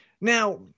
now